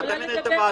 אתה מנהל את הוועדה.